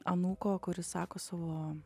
anūko kuris sako savo